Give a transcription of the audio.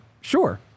sure